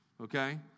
Okay